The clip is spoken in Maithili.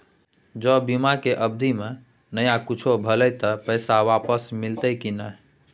ज बीमा के अवधि म नय कुछो भेल त पैसा वापस मिलते की नय?